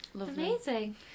Amazing